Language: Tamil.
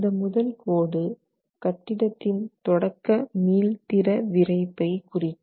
இந்த முதல் கோடு கட்டிடத்தின் தொடக்க மீள்திற விறைப்பை குறிக்கும்